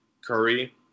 Curry